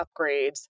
upgrades